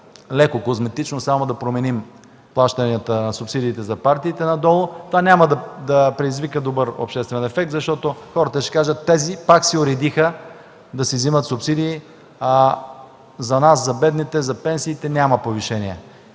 леко козметично да променим надолу субсидиите за партиите, това няма да предизвика добър обществен ефект. Хората ще кажат: „Тези пак се уредиха да вземат субсидии, а за нас – за бедните, за пенсиите няма повишение”.